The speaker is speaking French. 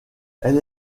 elle